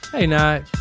i